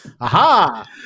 Aha